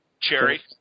Cherry